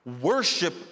Worship